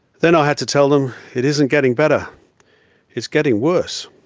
then i had to tell them it isn't getting better it's getting worse,